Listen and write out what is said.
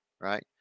right